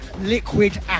liquid